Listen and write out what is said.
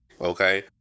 Okay